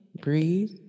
breathe